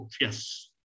Yes